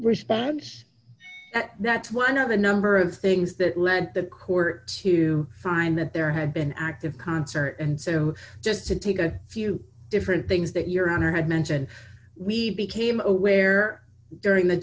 respond that's one of a number of things that lead the court to find that there have been active concert and so just to take a few different things that your honor had mentioned we became aware during the